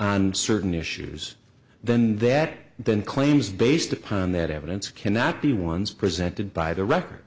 on certain issues then that then claims based upon that evidence cannot be ones presented by the record